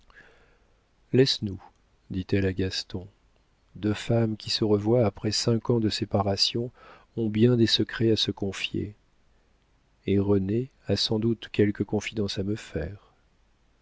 laisse-nous dit-elle à gaston deux femmes qui se revoient après cinq ans de séparation ont bien des secrets à se confier et renée a sans doute quelque confidence à me faire